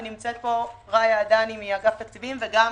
ונמצאת פה רעיה עדני ממשרד התקציבים וגם